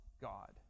God